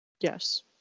Yes